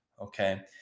okay